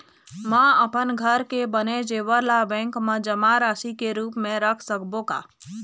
म अपन घर के बने जेवर ला बैंक म जमा राशि के रूप म रख सकबो का?